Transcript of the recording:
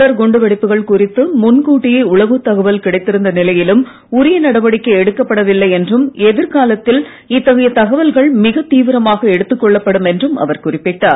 தொடர் குண்டுவெடிப்புகள் குறித்து முன்கூட்டியே உளவுத் தகவல் கிடைத்திருந்த நிலையிலும் உரிய நடவடிக்கை எடுக்கப்படவில்லை என்றும் எதிர்காலத்தில் இத்தகைய தகவல்கள் மிகத் தீவிரமாக எடுத்துக் கொள்ளப்படும் என்றும் அவர் குறிப்பிட்டார்